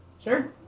Sure